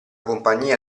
compagnia